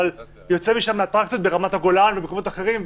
אבל יוצא משם לאטרקציות ברמת הגולן ובמקומות אחרים,